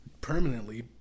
permanently